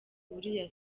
uriya